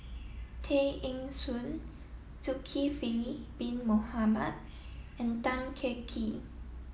Tay Eng Soon Zulkifli Bin Mohamed and Tan Kah Kee